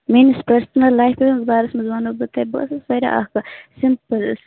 میٛٲنِس پٔرسٕنَل لایفہِ ہِنٛدِس بارَس مَنٛز وَنو بہٕ تۄہہِ بہٕ ٲسٕس واریاہ اَکھ سِمپٕل